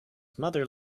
mother